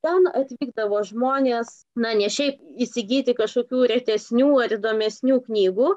ten atvykdavo žmonės na ne šiaip įsigyti kažkokių retesnių ar įdomesnių knygų